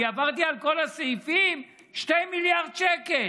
אני עברתי על כל הסעיפים, 2 מיליארד שקל.